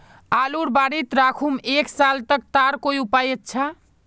आलूर बारित राखुम एक साल तक तार कोई उपाय अच्छा?